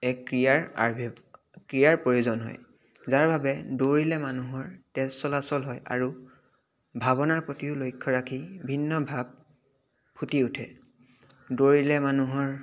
এক ক্ৰীড়াৰ আৰ ক্ৰীড়াৰ প্ৰয়োজন হয় যাৰ বাবে দৌৰিলে মানুহৰ তেজ চলাচল হয় আৰু ভাৱনাৰ প্ৰতিও লক্ষ্য ৰাখি ভিন্ন ভাৱ ফুটি উঠে দৌৰিলে মানুহৰ